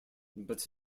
but